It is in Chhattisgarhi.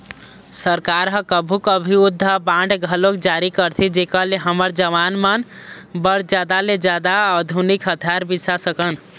सरकार ह कभू कभू युद्ध बांड घलोक जारी करथे जेखर ले हमर जवान मन बर जादा ले जादा आधुनिक हथियार बिसा सकन